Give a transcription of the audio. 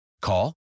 Call